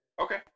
okay